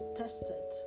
tested